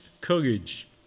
courage